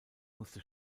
musste